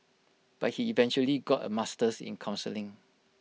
but he eventually got A master's in counselling